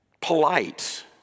polite